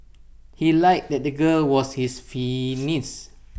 he lied that the girl was his niece